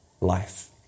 life